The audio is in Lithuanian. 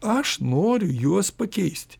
aš noriu juos pakeisti